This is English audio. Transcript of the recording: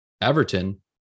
Everton